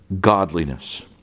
godliness